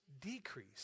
decrease